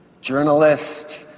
journalist